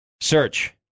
search